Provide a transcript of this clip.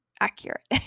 accurate